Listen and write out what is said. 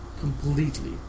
completely